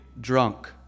drunk